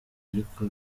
ariko